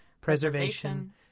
preservation